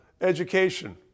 education